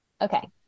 Okay